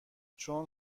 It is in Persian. چون